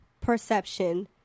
perception